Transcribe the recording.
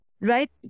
right